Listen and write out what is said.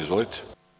Izvolite.